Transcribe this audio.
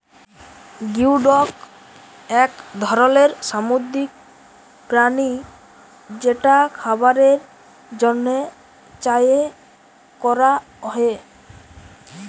geoduck এক ধরলের সামুদ্রিক প্রাণী যেটা খাবারের জন্হে চাএ ক্যরা হ্যয়ে